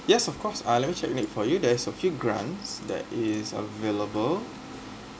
yes of course uh let me check it for you there's a few grants that is available